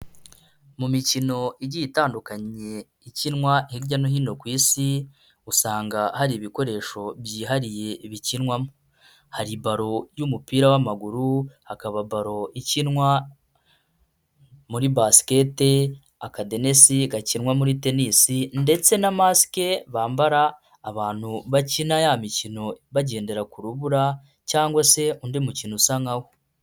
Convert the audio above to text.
Mu mikino igiye itandukanye ikinwa hirya no hino ku isi, usanga hari ibikoresho byihariye bikinwamo. Hari ballon y'umupira w'amaguru, hakaba ballon ikinwa muri basket, akadenesi gakinwa muri tenis ndetse na masque bambara abantu bakina ya mikino bagendera ku rubura cyangwa se undi mukino usa nka wo.